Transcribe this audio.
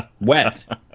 wet